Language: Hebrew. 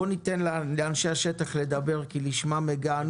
בואו ניתן לאנשי השטח לדבר כי לשמם הגענו.